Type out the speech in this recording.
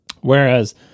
Whereas